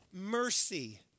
mercy